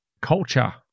culture